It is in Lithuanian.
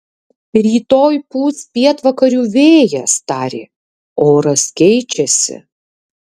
rytoj pūs pietvakarių vėjas tarė oras keičiasi